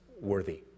worthy